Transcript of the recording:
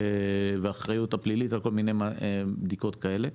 והאחריות הפלילית על כל מיני בדיקות כאלה.